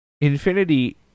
Infinity